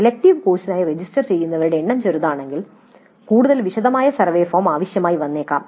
elective കോഴ്സിനായി register ചെയ്യുന്നവരുടെ എണ്ണം ചെറുതാണെങ്കിൽ കൂടുതൽ വിശദമായ സർവേ ഫോം ആവശ്യമായി വന്നേക്കാം